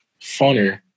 funner